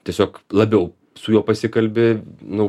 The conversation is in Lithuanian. tiesiog labiau su juo pasikalbi nu